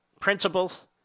principles